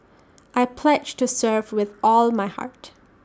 I pledge to serve with all my heart